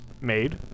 made